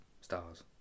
Stars